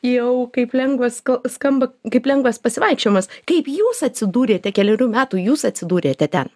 jau kaip lengvas kal skamba kaip lengvas pasivaikščiojimas kaip jūs atsidūrėte kelerių metų jūs atsidūrėte ten